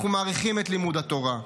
אנחנו מעריכים את לימוד התורה,